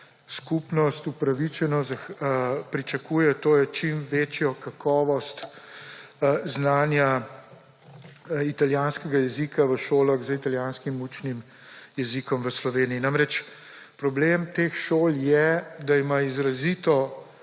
skupnost upravičeno pričakuje, to je čim večjo kakovost znanja italijanskega jezika v šolah z italijanskim učnim jezikom v Sloveniji. Namreč problem teh šol je, da ima izrazito